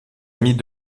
amie